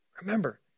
Remember